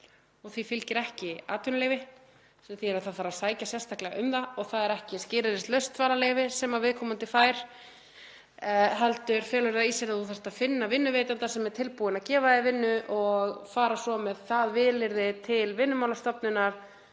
Því fylgir ekki atvinnuleyfi sem þýðir að það þarf að sækja sérstaklega um það og það er ekki skilyrðislaust atvinnuleyfi sem viðkomandi fær heldur felur það í sér að þú þarft að finna vinnuveitanda sem er tilbúinn að gefa þér vinnu og fara svo með það vilyrði til Vinnumálastofnunar